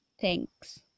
thanks